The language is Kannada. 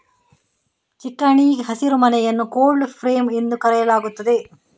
ಚಿಕಣಿ ಹಸಿರುಮನೆಯನ್ನು ಕೋಲ್ಡ್ ಫ್ರೇಮ್ ಎಂದು ಕರೆಯಲಾಗುತ್ತದೆ